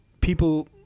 people